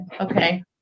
Okay